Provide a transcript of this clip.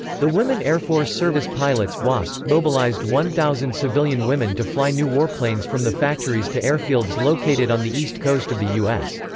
the women airforce service pilots mobilized one thousand civilian women to fly new warplanes from the factories to airfields located on the east coast of the u s.